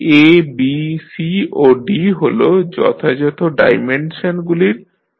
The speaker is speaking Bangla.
A B C ও D হল যথাযথ ডাইমেনশনগুলির কোএফিশিয়েন্ট